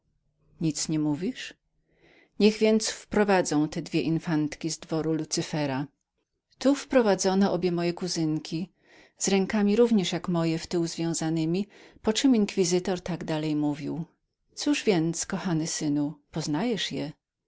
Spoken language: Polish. nic nie mówisz niech więc wprowadzą te dwie infantki z dworu lucypera tu wprowadzono obie moje kuzynki z rękami również jak moje w tył związanemi poczem inkwizytor tak dalej mówił coż więc kochany synu poznajeszże je